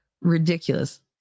ridiculous